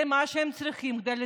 זה מה שהם צריכים כדי לתפקד.